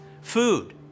food